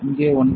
இங்கே ஒன்று